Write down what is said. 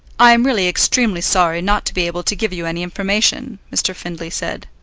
i am really extremely sorry not to be able to give you any information, mr. findlay said.